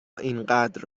اینقدر